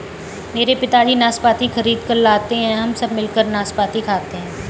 मेरे पिताजी नाशपाती खरीद कर लाते हैं हम सब मिलकर नाशपाती खाते हैं